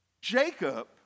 Jacob